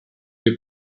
l’ai